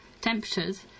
temperatures